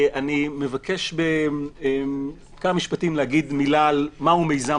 אני מבקש לומר בכמה משפטים מה הוא מיזם